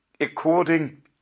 according